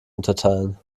unterteilen